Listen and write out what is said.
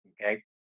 okay